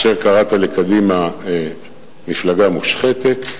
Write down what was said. כאשר קראת לקדימה "מפלגה מושחתת",